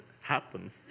happen